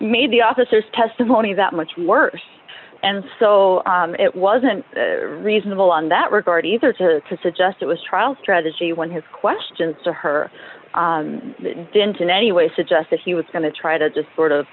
made the officer's testimony that much worse and so it wasn't reasonable on that regard either to to suggest it was trial strategy when his questions to her didn't in any way suggest that he was going to try to just sort of